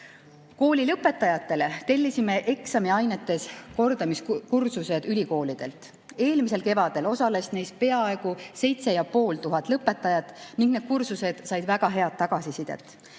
Koolilõpetajatele tellisime eksamiainetes kordamiskursused ülikoolidelt. Eelmisel kevadel osales neis peaaegu 7500 lõpetajat ning need kursused said väga head tagasisidet.